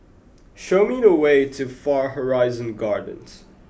show me the way to Far Horizon Gardens